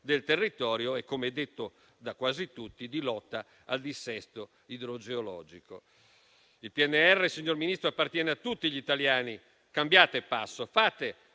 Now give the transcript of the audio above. del territorio e - come è stato detto quasi da tutti - di lotta al dissesto idrogeologico. Il PNRR, signor Ministro, appartiene a tutti gli italiani. Cambiate passo. Fate